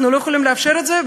אנחנו לא יכולים לאפשר את זה,